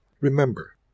Remember